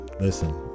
listen